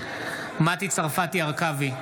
מטי צרפתי הרכבי,